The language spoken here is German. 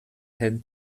herrn